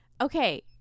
Okay